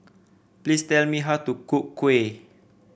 please tell me how to cook kuih